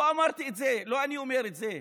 לא אמרתי את זה, לא אני אומר את זה,